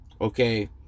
Okay